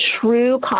true